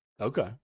Okay